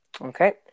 Okay